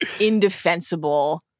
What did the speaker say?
indefensible